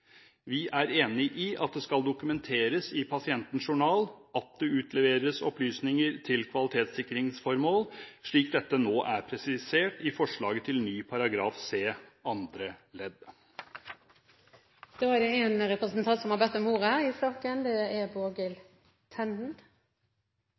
Vi er enig i at det skal dokumenteres i pasientens journal at det utleveres opplysninger til kvalitetssikringsformål, slik dette nå er presisert i forslaget til ny § 29 c andre ledd. Jeg tar ordet for kort å forklare hvorfor Venstre har fremmet eget forslag i dag. Vi er